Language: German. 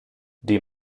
die